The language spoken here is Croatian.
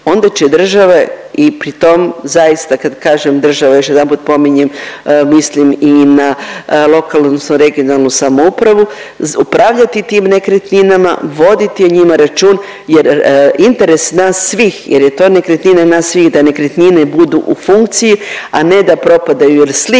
onda će države i pri tom zaista kad kažem država još jedanput pominjem mislim i na lokalnu odnosno regionalnu samoupravu, upravljati tim nekretninama, voditi o njima račun jer interes nas svih jer je to nekretnina nas svih, da nekretnine budu u funkciji, a ne da propadaju jer slika